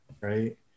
right